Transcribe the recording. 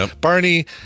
Barney